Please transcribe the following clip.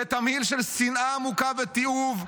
זה תמהיל של שנאה עמוקה ותיעוב,